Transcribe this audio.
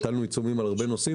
הטלנו עיצומים על הרבה נושאים,